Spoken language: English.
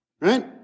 Right